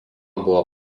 buvo